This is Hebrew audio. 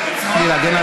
גברתי,